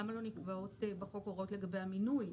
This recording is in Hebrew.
למה לא נקבעות בחוק הוראות לגבי המינוי?